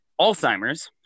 Alzheimer's